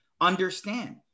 understand